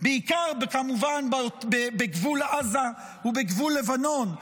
בעיקר כמובן בגבול עזה ובגבול לבנון.